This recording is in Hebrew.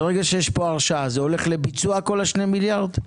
זה הולך לביצוע כל ה-2 מיליארד?